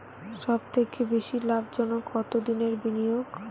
সবথেকে বেশি লাভজনক কতদিনের বিনিয়োগ?